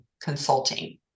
consulting